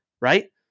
right